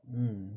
mm